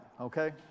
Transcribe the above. okay